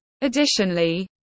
Additionally